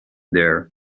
there